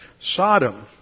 Sodom